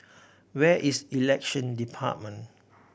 where is Election Department